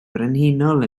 frenhinol